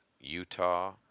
Utah